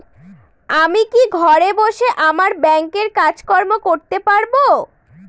আমি কি ঘরে বসে আমার ব্যাংকের কাজকর্ম করতে পারব?